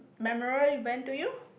memoral event to you